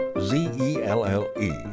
Z-E-L-L-E